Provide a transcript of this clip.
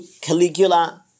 caligula